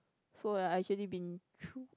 so like I actually been through